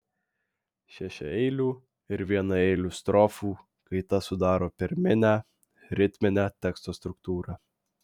šešiaeilių ir vienaeilių strofų kaita sudaro pirminę ritminę teksto struktūrą